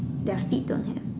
their seat don't have